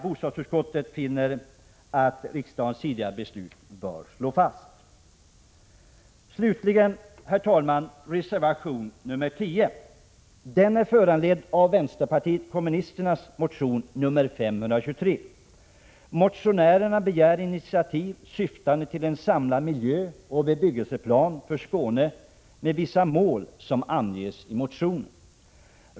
Bostadsutskottet finner alltså sammantaget att riksdagens tidigare beslut bör stå fast.